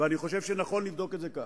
ואני חושב שנכון לבדוק את זה כך.